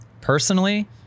personally